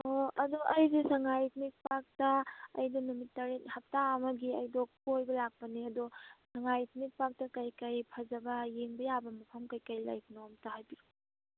ꯑꯣ ꯑꯗꯨ ꯑꯩꯒꯤ ꯁꯉꯥꯏ ꯏꯊꯅꯤꯛ ꯄꯥꯛꯇ ꯑꯩꯗꯨ ꯅꯨꯃꯤꯠ ꯇꯔꯦꯠ ꯍꯞꯇꯥ ꯑꯃꯒꯤ ꯑꯩꯗꯣ ꯀꯣꯏꯕ ꯂꯥꯛꯄꯅꯤ ꯑꯗꯣ ꯁꯉꯥꯏ ꯏꯊꯅꯤꯛ ꯄꯥꯛꯇ ꯀꯔꯤ ꯀꯔꯤ ꯐꯖꯕ ꯌꯦꯡꯕ ꯌꯥꯕ ꯃꯐꯝ ꯀꯔꯤ ꯀꯔꯤ ꯂꯩꯕꯅꯣ ꯑꯃꯨꯛꯇ ꯍꯥꯏꯕꯤꯔꯛꯎ